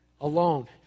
alone